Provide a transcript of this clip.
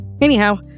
Anyhow